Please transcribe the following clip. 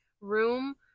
room